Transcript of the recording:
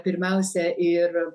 pirmiausia ir